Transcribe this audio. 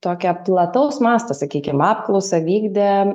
tokią plataus masto sakykim apklausą vykdėm